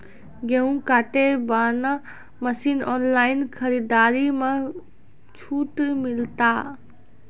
गेहूँ काटे बना मसीन ऑनलाइन खरीदारी मे छूट मिलता?